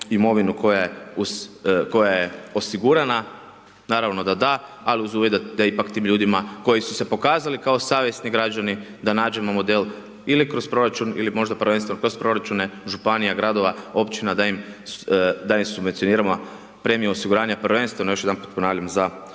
imovinu koja je osigurana, naravno da da, ali uz uvjet da ipak tim ljudima, koji su se pokazali kao savjesni građani, da nađemo model ili kroz proračun ili možda prvenstveno kroz proračune županija, gradova, općina, da im subvencioniramo premiju osiguranja, prvenstveno, još jedanput ponavljam, za